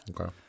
Okay